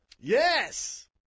Yes